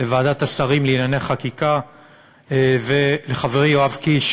לוועדת השרים לענייני חקיקה ולחברי יואב קיש,